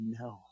no